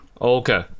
Okay